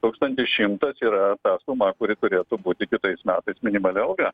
tūkstantis šimtas yra ta suma kuri turėtų būti kitais metais minimali alga